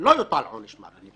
לא יופעל עונש מוות?